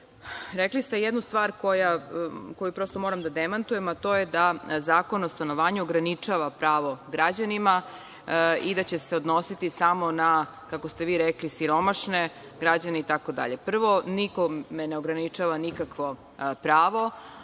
njih. Rekli ste jednu stvar koju prosto moram da demantujem, a to je Zakon o stanovanju ograničava pravo građanima i da će se odnositi samo na, kako ste vi rekli, siromašne, građane itd. Prvo, nikome ne ograničava nikakvo pravo,